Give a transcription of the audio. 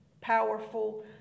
powerful